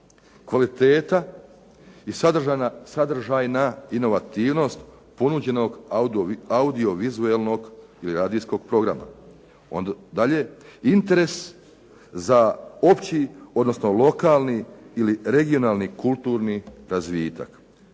"Kvaliteta i sadržajna aktivnost ponuđenog audiovizualnog i radijskog programa, interes za opći, odnosno lokalni, regionalni i kulturni razvitak.